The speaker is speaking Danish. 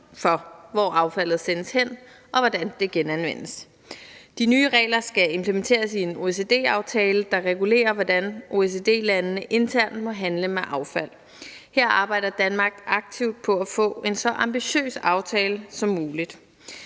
for, hvor affaldet sendes hen, og hvordan det genanvendes. De nye regler skal implementeres i en OECD-aftale, der regulerer, hvordan OECD-landene internt må handle med affald. Her arbejder Danmark aktivt på at få en så ambitiøs aftale som muligt.